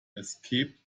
escaped